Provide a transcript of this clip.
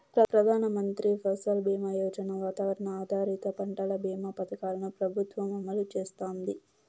ప్రధాన మంత్రి ఫసల్ బీమా యోజన, వాతావరణ ఆధారిత పంటల భీమా పథకాలను ప్రభుత్వం అమలు చేస్తాంది